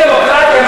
אם דמוקרטיה,